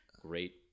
great